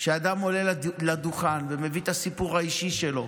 כשאדם עולה לדוכן ומביא את הסיפור האישי שלו.